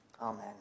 Amen